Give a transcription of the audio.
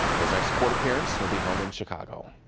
his next court appearance will be held in chicago.